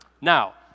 Now